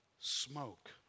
smoke